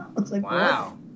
Wow